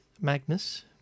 Magnus